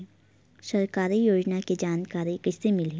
सरकारी योजना के जानकारी कइसे मिलही?